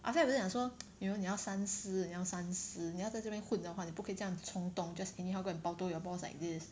after that 我就讲说 you know 你要三思你要三思你要在这边混的话你不可以这样子冲动 just anyhow go and pao toh your boss like this